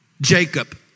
Jacob